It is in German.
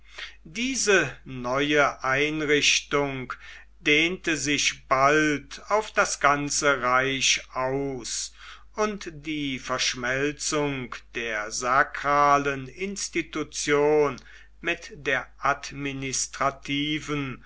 diese neue einrichtung dehnte sich bald auf das ganze reich aus und die verschmelzung der sakralen institution mit der administrativen